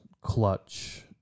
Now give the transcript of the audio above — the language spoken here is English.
Clutch